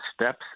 steps